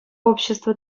общество